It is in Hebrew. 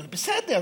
בסדר.